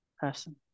person